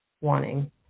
wanting